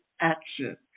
action